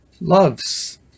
loves